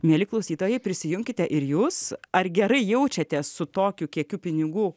mieli klausytojai prisijunkite ir jūs ar gerai jaučiatės su tokiu kiekiu pinigų